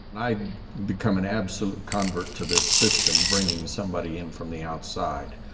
i've become an absolute convert to this system, bringing somebody in from the outside.